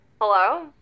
Hello